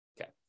Okay